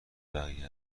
بقیه